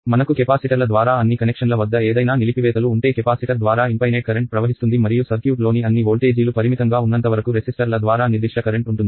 మనకు కెపాసిటర్ల ద్వారా అన్ని కనెక్షన్ల వద్ద ఏదైనా నిలిపివేతలు ఉంటే కెపాసిటర్ ద్వారా ఇన్పైనేట్ కరెంట్ ప్రవహిస్తుంది మరియు సర్క్యూట్ లోని అన్ని వోల్టేజీలు పరిమితంగా ఉన్నంతవరకు రెసిస్టర్ల ద్వారా నిర్దిష్ట కరెంట్ ఉంటుంది